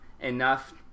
enough